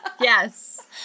Yes